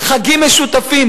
חגים משותפים,